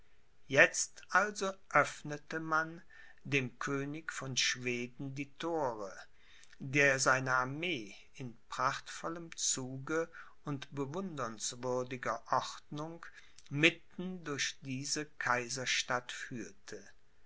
jetzt also öffnete man dem könig von schweden die thore der seine armee in prachtvollem zuge und bewundernswürdiger ordnung mitten durch diese kaiserstadt führte